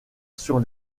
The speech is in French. sur